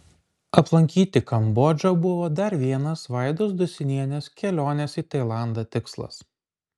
aplankyti kambodžą buvo dar vienas vaidos dosinienės kelionės į tailandą tikslas